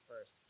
first